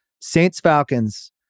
Saints-Falcons